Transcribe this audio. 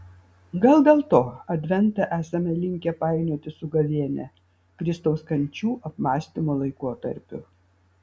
gal dėl to adventą esame linkę painioti su gavėnia kristaus kančių apmąstymo laikotarpiu